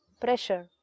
pressure